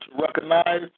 recognize